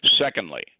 Secondly